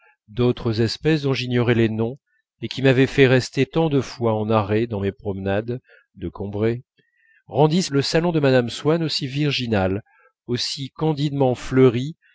d'autres espèces dont j'ignorais les noms et qui m'avait fait rester tant de fois en arrêt dans mes promenades de combray rendissent le salon de mme swann aussi virginal aussi candidement fleuri